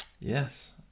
Yes